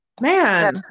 man